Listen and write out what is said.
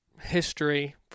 history